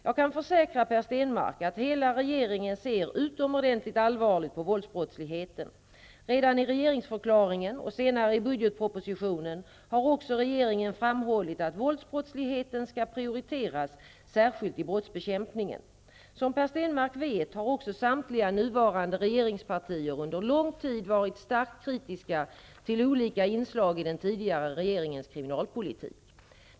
Jag kan försäkra Per Stenmarck att hela regeringen ser utomordentligt allvarligt på våldsbrottsligheten. Redan i regeringsförklaringen och senare i budgetpropositionen har också regeringen framhållit att våldsbrottsligheten skall prioriteras särskilt i brottsbekämpningen. Som Per Stenmarck vet har också samtliga nuvarande regeringspartier under lång tid varit starkt kritiska till olika inslag i den tidigare regeringens kriminalpolitik.